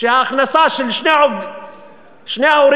שההכנסה של שני ההורים,